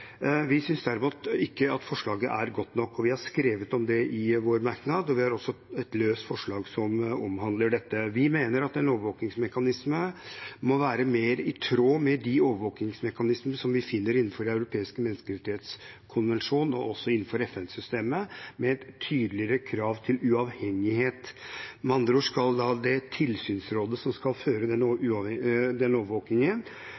Vi synes derimot ikke at forslaget er godt nok. Det har vi skrevet om i vår merknad, og vi har også et løst forslag som omhandler dette. Vi mener at en overvåkingsmekanisme må være mer i tråd med de overvåkingsmekanismene som vi finner innenfor Den europeiske menneskerettskonvensjonen og innenfor FN-systemet, med et tydeligere krav til uavhengighet. Med andre ord skal det tilsynsrådet som skal føre denne overvåkingen, selv kunne bestemme hvilke saker de skal gå inn i, og